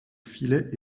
filet